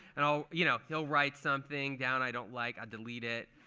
you know you know he'll write something down i don't like. i delete it.